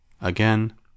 Again